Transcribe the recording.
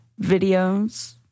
videos